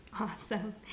awesome